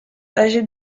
âgés